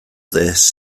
this